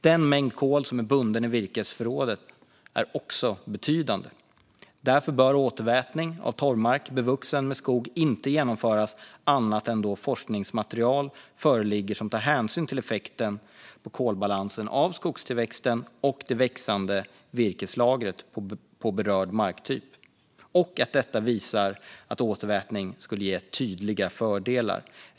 Den mängd kol som är bunden i virkesförrådet är också betydande. Därför bör återvätning av torvmark bevuxen med skog inte genomföras annat än då forskningsmaterial föreligger där hänsyn tas till effekten på kolbalansen av skogstillväxten och det växande virkeslagret på berörd marktyp. Forskningsmaterialet ska också visa att återvätning skulle ge tydliga fördelar.